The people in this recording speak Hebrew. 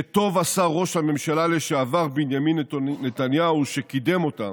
שטוב עשה ראש הממשלה לשעבר בנימין נתניהו שקידם אותם,